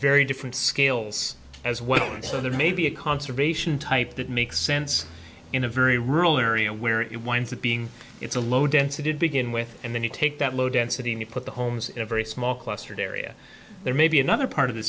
very different scales as well so there may be a conservation type that makes sense in a very rural area where it winds up being it's a low density to begin with and then you take that low density and put the homes in a very small clustered area there may be another part of the